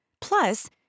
Plus